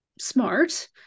smart